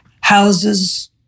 houses